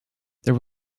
there